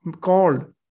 called